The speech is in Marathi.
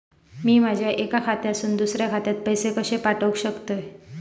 मी माझ्या एक्या खात्यासून दुसऱ्या खात्यात पैसे कशे पाठउक शकतय?